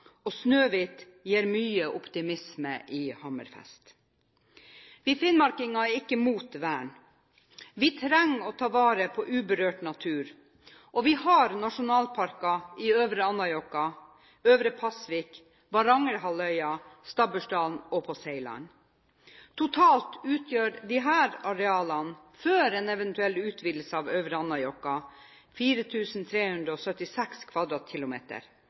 og Snøhvit gir mye optimisme i Hammerfest. Vi finnmarkinger er ikke mot vern. Vi trenger å ta vare på uberørt natur, og vi har nasjonalparker i Øvre Anárjohka, i Øvre Pasvik, på Varangerhalvøya, i Stabbursdalen og på Seiland. Totalt utgjør disse arealene, før en eventuell utvidelse av